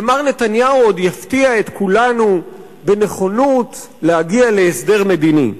ומר נתניהו עוד יפתיע את כולנו בנכונות להגיע להסדר מדיני.